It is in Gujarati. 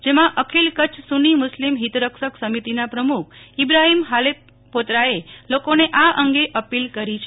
જેમાં અખિલ કચ્છ સૂની મસ્લીમ હિતરક્ષક સમિતિના પ્રમુખ ઈબ્રહીમ હાલપોત્રાએ લોકોને આ અંગે અપીલ કરી છે